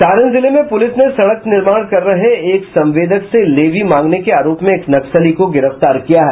सारण जिले में पुलिस ने सड़क निर्माण कर रहे एक संवेदक से लेवी मांगने के आरोप में एक नक्सली को गिरफ्तार किया है